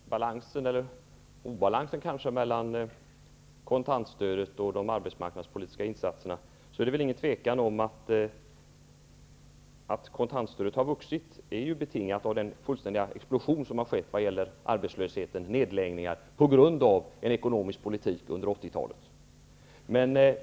Fru talman! När det gäller balansen eller kanske snarare obalansen mellan kontantstödet och de arbetsmarknadspolitiska insatserna råder det väl inget tvivel om att kontantstödet har vuxit. Detta är ju betingat av den fullständiga explosion som har skett i fråga om arbetslösheten genom de nedläggningar som orsakats av den ekonomiska politik som har förts under 80-talet.